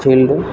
field